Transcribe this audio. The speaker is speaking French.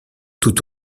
tout